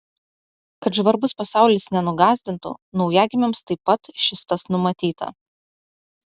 kad žvarbus pasaulis nenugąsdintų naujagimiams taip pat šis tas numatyta